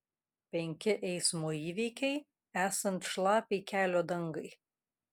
penki eismo įvykiai esant šlapiai kelio dangai